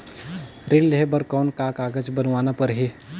ऋण लेहे बर कौन का कागज बनवाना परही?